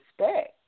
respect